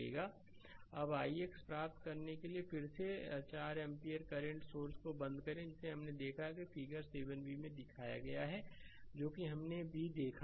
slide समय देखें 2525 अब ix 'प्राप्त करने के लिए फिर से 4 एम्पीयर करंट सोर्स को बंद करें जिसे हमने देखा है वह फिगर 7b में दिखाया गया है जो कि हमने भी देखा है